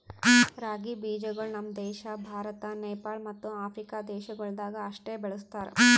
ರಾಗಿ ಬೀಜಗೊಳ್ ನಮ್ ದೇಶ ಭಾರತ, ನೇಪಾಳ ಮತ್ತ ಆಫ್ರಿಕಾ ದೇಶಗೊಳ್ದಾಗ್ ಅಷ್ಟೆ ಬೆಳುಸ್ತಾರ್